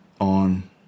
on